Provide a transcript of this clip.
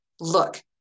Look